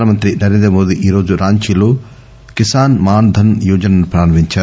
ప్రధానమంత్రి నరేంద్రమోదీ ఈరోజు రాంచీలో కిసాన్ మాన్ ధన్ యోజనను ప్రారంభించారు